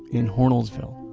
in hornellsville,